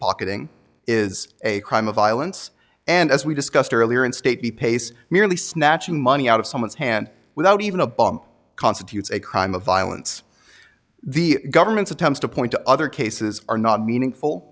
pickpocketing is a crime of violence and as we discussed earlier in stately pace merely snatching money out of someone's hand without even a bomb constitutes a crime of violence the government's attempts to point to other cases are not meaningful